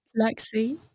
Lexi